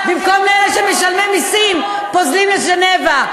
במקום לאלה שמשלמים מסים, פוזלים לז'נבה.